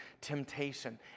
temptation